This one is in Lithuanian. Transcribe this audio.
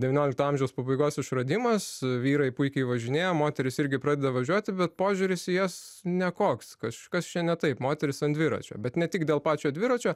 devyniolikto amžiaus pabaigos išradimas vyrai puikiai važinėja moterys irgi pradeda važiuoti bet požiūris į jas nekoks kažkas čia ne taip moteris ant dviračio bet ne tik dėl pačio dviračio